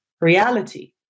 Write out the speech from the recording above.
reality